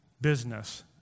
business